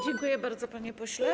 Dziękuję bardzo, panie pośle.